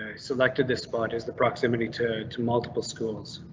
selected this spot is the proximity to to multiple schools,